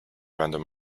random